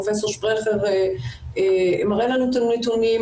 פרופ' שפרכר מראה לנו את הנתונים,